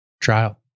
trial